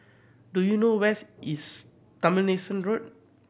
do you know where's is Tomlinson Road